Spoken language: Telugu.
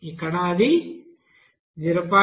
ఇక్కడ అది 0